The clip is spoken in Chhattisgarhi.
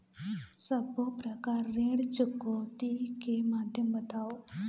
सब्बो प्रकार ऋण चुकौती के माध्यम बताव?